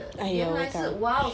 ah ya 伟大